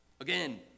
Again